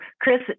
Chris